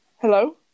hello